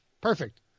Perfect